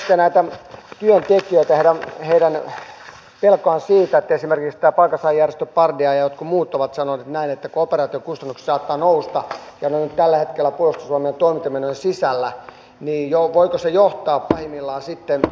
toinen kysymys koskee näitä työntekijöitä heidän pelkoaan siitä että esimerkiksi tämä palkansaajajärjestö pardia ja jotkut muut ovat sanoneet näin että operaation kustannukset saattavat nousta ja kun ne ovat tällä hetkellä puolustusvoimien toimintamenojen sisällä niin voiko se johtaa pahimmillaan sitten noihin leikkauksiin